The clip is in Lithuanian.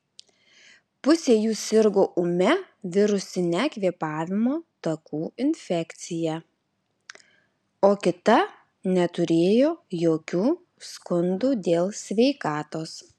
pusė jų sirgo ūmia virusine kvėpavimo takų infekcija o kita neturėjo jokių skundų dėl sveikatos